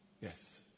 Yes